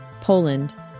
Poland